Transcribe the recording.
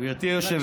החונטה שיושבת